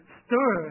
stir